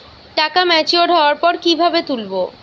টাকা ম্যাচিওর্ড হওয়ার পর কিভাবে তুলব?